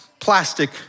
plastic